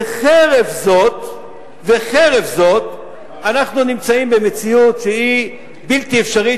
וחרף זאת אנחנו נמצאים במציאות שהיא בלתי אפשרית,